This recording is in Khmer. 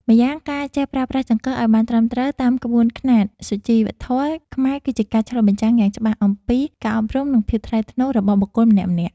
ម្យ៉ាងការចេះប្រើប្រាស់ចង្កឹះឱ្យបានត្រឹមត្រូវតាមក្បួនខ្នាតសុជីវធម៌ខ្មែរគឺជាការឆ្លុះបញ្ចាំងយ៉ាងច្បាស់អំពីការអប់រំនិងភាពថ្លៃថ្នូររបស់បុគ្គលម្នាក់ៗ។